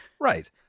Right